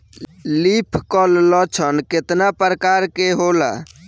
Leaf curl लक्षण केतना परकार के होला?